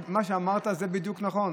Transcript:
מה שאמרת זה בדיוק נכון.